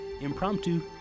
impromptu